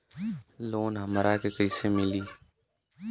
Loan हमरा के कईसे मिली?